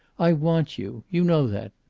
i want you you know that.